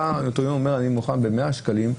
בא הנוטריון ואומר: אני מוכן ב-100 שקלים.